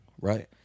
Right